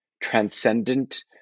transcendent